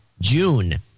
June